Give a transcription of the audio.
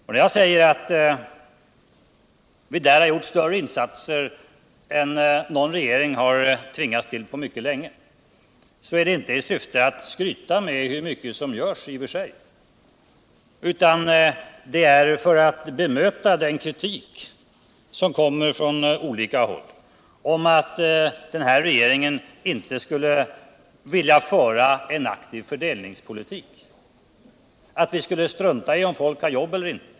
Och när jag säger att vi där gjort större insatser än någon regering har tvingats till på mycket länge, så är det inte i syfte att skryta med hur mycket som görs i och för sig, utan det är för att bemöta den kritik som kommer från olika håll om att den här regeringen inte skulle vilja föra en aktiv fördelningspolitik, att vi skulle strunta i om folk har jobb eller inte.